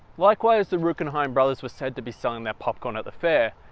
likewise, the rueckheim brothers were said to be selling their popcorn at the fair.